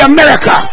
America